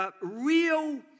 real